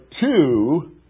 two